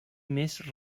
més